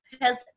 Health